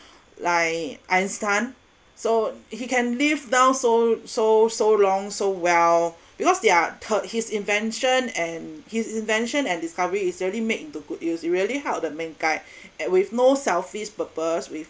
like einstein so he can live now so so so long so well because their his invention and his invention and discovery is really made into good use it really help the mankind and with no selfish purpose with